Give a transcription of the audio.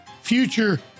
future